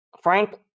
Frank